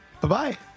Bye-bye